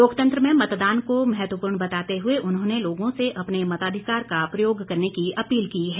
लोकतंत्र में मतदान को महत्वपूर्ण बताते हुए उन्होंने लोगों से अपने मताधिकार का प्रयोग करने की अपील की है